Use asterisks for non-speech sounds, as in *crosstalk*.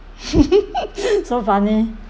*laughs* so funny